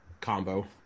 combo